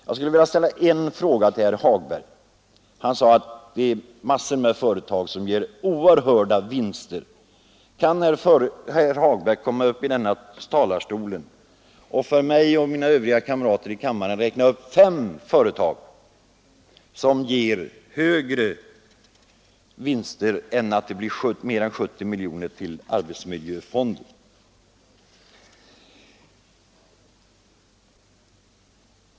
Jag skulle vilja ställa en fråga till herr Hagberg i Borlänge. Han sade att massor av företag ger oerhörda vinster. Kan herr Hagberg komma upp i talarstolen och för mig och övriga kammarledamöter räkna upp fem företag som ger så hög vinst att de kan avsätta mer än 70 miljoner kronor till arbetsmiljöfonden?